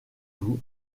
vous